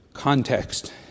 context